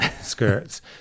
skirts